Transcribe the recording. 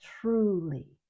truly